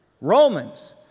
Romans